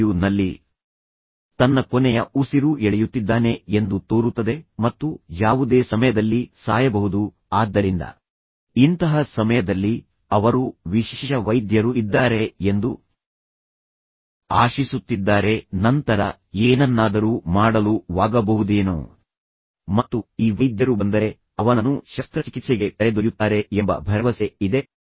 ನಲ್ಲಿ ತನ್ನ ಕೊನೆಯ ಉಸಿರು ಎಳೆಯುತ್ತಿದ್ದಾನೆ ಎಂದು ತೋರುತ್ತದೆ ಮತ್ತು ನಂತರ ಅವನು ಯಾವುದೇ ಸಮಯದಲ್ಲಿ ಸಾಯಬಹುದು ಆದ್ದರಿಂದ ಇಂತಹ ಸಮಯದಲ್ಲಿ ಅವರು ವೈದ್ಯರು ಅಂದರೆ ವಿಶೇಷ ವೈದ್ಯರು ಇದ್ದಾರೆ ಎಂದು ಆಶಿಸುತ್ತಿದ್ದಾರೆ ಮತ್ತು ನಂತರ ಅವರು ಅದರ ಬಗ್ಗೆ ಏನನ್ನಾದರೂ ಮಾಡಲು ವಾಗಬಹುದೇನೋ ಮತ್ತು ಈ ವೈದ್ಯರು ಬಂದರೆ ನಂತರ ಅವನನ್ನು ಶಸ್ತ್ರಚಿಕಿತ್ಸೆಗೆ ಕರೆದೊಯ್ಯುತ್ತಾರೆ ಸ್ವಲ್ಪ ಎಂಬ ಭರವಸೆ ಇದೆ ಮತ್ತು ಆಶಿಸುತ್ತಿದ್ದಾರೆ